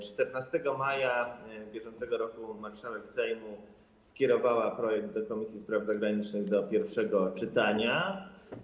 14 maja br. marszałek Sejmu skierowała projekt do Komisji Spraw Zagranicznych do pierwszego czytania.